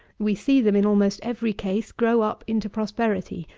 we see them, in almost every case, grow up into prosperity,